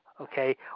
okay